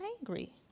angry